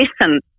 listen